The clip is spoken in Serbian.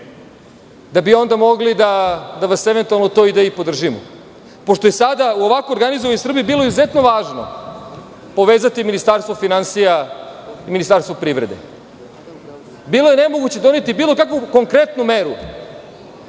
da bi onda mogli eventualno to i da podržimo, pošto je sada u ovako organizovanoj Srbiji bilo izuzetno važno povezati Ministarstvo finansija i Ministarstvo privrede. Bilo je nemoguće doneti bilo kakvu konkretnu meru